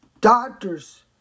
Doctors